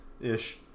ish